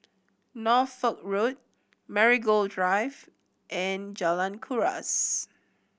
Norfolk Road Marigold Drive and Jalan Kuras